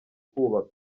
kubaka